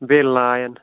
بیٚیہِ لایَن